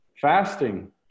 fasting